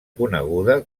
coneguda